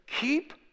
Keep